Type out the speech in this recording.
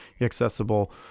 accessible